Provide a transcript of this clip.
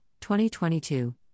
2022